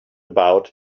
about